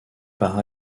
par